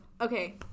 okay